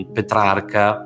Petrarca